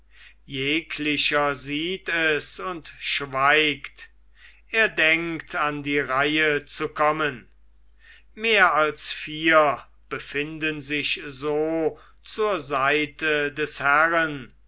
jeglicher sieht es und schweigt er denkt an die reihe zu kommen mehr als vier befinden sich so zur seite des herren